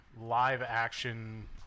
live-action